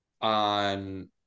on